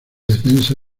defensa